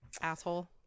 Asshole